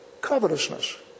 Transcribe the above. covetousness